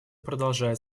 продолжает